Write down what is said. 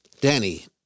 Danny